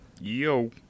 Yo